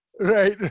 Right